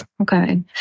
Okay